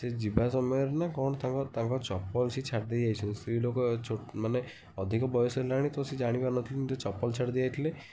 ଯିବା ସମୟରେ ନା କଣ ତାଙ୍କ ତାଙ୍କ ଚପଲ ସେ ଛାଡ଼ି ଦେଇଯାଇଛନ୍ତି ସ୍ତ୍ରୀ ଲୋକ ମାନେ ଅଧିକ ବୟସ ହେଲାଣି ତ ସେ ଜାଣି ପାରୁନଥିଲେ କିନ୍ତୁ ଚପଲ ଛାଡ଼ି ଦେଇଯାଇଥିଲେ